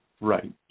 Right